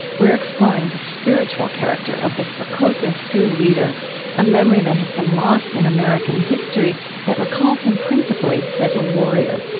we're exploring the spiritual character of this lakota sioux leader a memory has been lost in american history that recalls him principally as a warrior